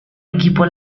equipo